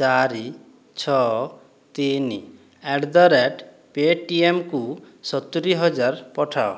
ଚାରି ଛଅ ତିନି ଆଟ୍ ଦ ରେଟ୍ ପେଟିଏମ୍କୁ ସତୁରୀ ହଜାର ପଠାଅ